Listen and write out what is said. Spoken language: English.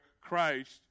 Christ